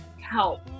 help